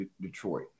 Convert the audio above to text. Detroit